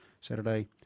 Saturday